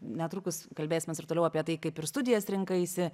netrukus kalbėsimės ir toliau apie tai kaip ir studijas rinkaisi